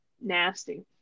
Nasty